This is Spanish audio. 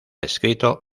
escrito